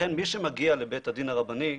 לכן מי שמגיע לבית הדין הרבני,